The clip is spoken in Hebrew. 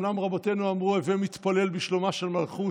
אומנם רבותינו אמרו "הווי מתפלל בשלומה של מלכות,